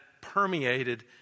permeated